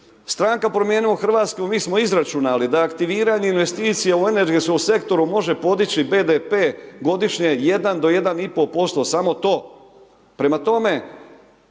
Stranka Promijenimo Hrvatsku, mi smo izračunali da aktiviranje investicija u energetskom sektoru može podići BDP godišnje 1 do 1,5% samo to. Prema tome,